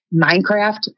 Minecraft